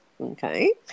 okay